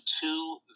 two